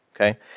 Okay